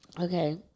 Okay